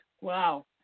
wow